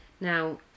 now